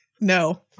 no